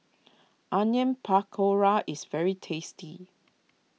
Onion Pakora is very tasty